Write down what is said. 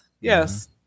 yes